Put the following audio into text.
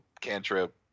Cantrip